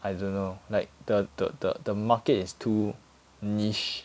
I don't know like the the the the market is too niche